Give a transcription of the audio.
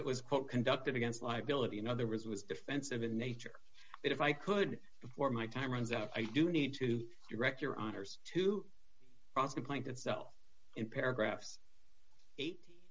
it was quote conducted against liability in other words was defensive in nature but if i could before my time runs out i do need to direct your honour's to cross the plant itself in paragraphs eight